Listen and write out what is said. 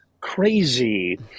crazy